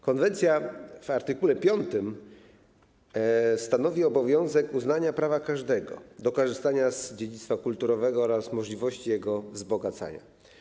Konwencja w art. 5 stanowi obowiązek uznania prawa każdego do korzystania z dziedzictwa kulturowego oraz możliwości jego wzbogacania.